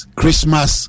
Christmas